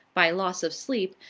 by loss of sleep,